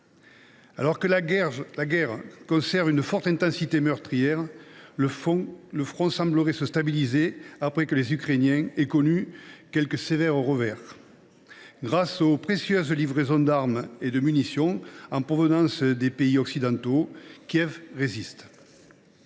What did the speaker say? Alors que la guerre conserve une forte intensité meurtrière, le front semble se stabiliser, après que les Ukrainiens ont connu quelques sérieux revers. Grâce aux précieuses livraisons d’armes et de munitions en provenance des pays occidentaux, Kiev résiste.